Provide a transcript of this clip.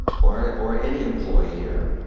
or or any employee here,